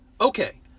Okay